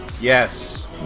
Yes